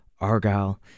Argyle